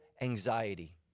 anxiety